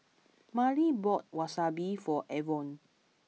Marlie bought Wasabi for Avon